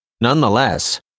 Nonetheless